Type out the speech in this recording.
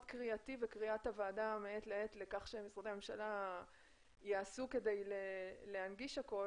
קריאתי וקריאת הוועדה מעת לעת לכך שמשרדי הממשלה יעשו כדי להנגיש הכול,